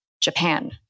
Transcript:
Japan